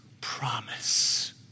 promise